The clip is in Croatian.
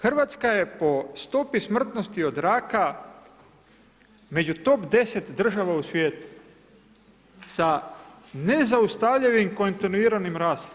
Hrvatska je po stopi smrtnosti od raka među top 10 država u svijetu sa nezaustavljivim kontinuiranim rastom.